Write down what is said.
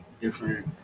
different